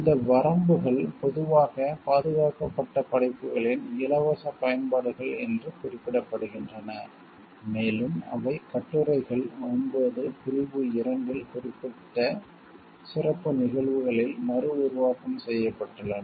இந்த வரம்புகள் பொதுவாக பாதுகாக்கப்பட்ட படைப்புகளின் இலவச பயன்பாடுகள் என்று குறிப்பிடப்படுகின்றன மேலும் அவை கட்டுரைகள் 9 பிரிவு 2 இல் குறிப்பிட்ட சிறப்பு நிகழ்வுகளில் மறுஉருவாக்கம் செய்யப்பட்டுள்ளன